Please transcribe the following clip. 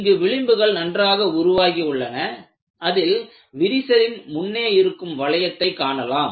இங்கு விளிம்புகள் நன்றாக உருவாகியுள்ளன அதில் விரிசலின் முன்னே இருக்கும் வளையத்தை காணலாம்